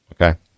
okay